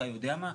אתה יודע מה?